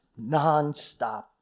nonstop